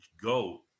Go